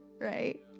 right